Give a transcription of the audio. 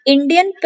Indian